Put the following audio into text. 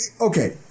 okay